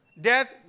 Death